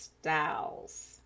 styles